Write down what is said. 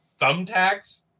thumbtacks